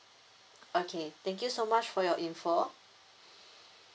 okay thank you so much for your information